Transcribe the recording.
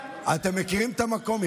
אתם מכירים את המקום?